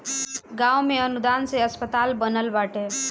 गांव में अनुदान से अस्पताल बनल बाटे